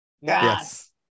Yes